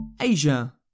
Asia